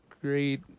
great